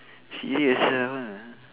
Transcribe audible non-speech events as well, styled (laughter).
serious ah (noise)